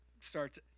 starts